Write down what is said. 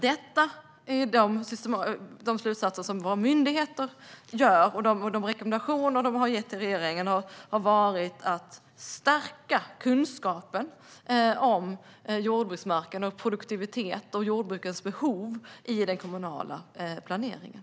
Detta är de slutsatser som våra myndigheter drar, och de rekommendationer de har gett till regeringen har varit att stärka kunskapen om jordbruksmarken, produktiviteten och jordbrukens behov i den kommunala planeringen.